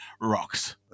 rocks